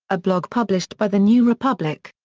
a blog published by the new republic.